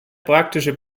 praktische